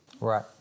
Right